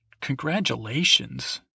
congratulations